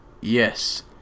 yes